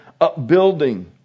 upbuilding